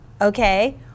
okay